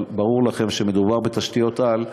אבל ברור לכם שכשמדובר בתשתיות-על,